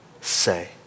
say